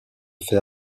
fait